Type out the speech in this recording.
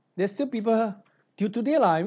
there is still people till today lah